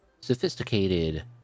Sophisticated